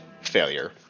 failure